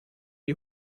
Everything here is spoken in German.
die